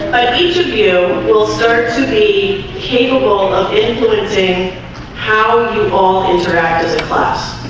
each of you will start to be capable of influencing how you all interact as a class